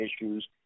issues